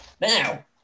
now